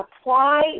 apply